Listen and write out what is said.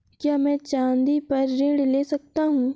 क्या मैं चाँदी पर ऋण ले सकता हूँ?